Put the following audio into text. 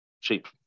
cheap